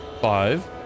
Five